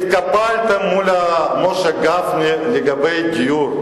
ציפי לבני, התקפלתם מול משה גפני לגבי גיור.